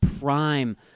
prime